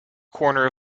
corner